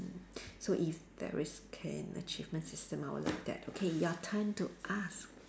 mm so if there is care and achievement system I would like that okay your time to ask